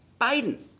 Biden